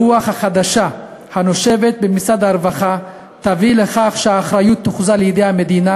הרוח החדשה הנושבת במשרד הרווחה תביא לכך שהאחריות תוחזר לידי המדינה